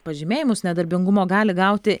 pažymėjimus nedarbingumo gali gauti